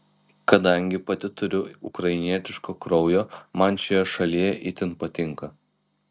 kadangi pati turiu ukrainietiško kraujo man šioje šalyje itin patinka